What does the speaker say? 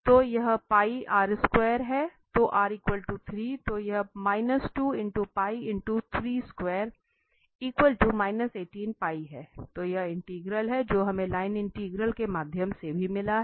तो यह हैतो तो यह है तो यह इंटीग्रल है जो हमें लाइन इंटीग्रल के माध्यम से भी मिला है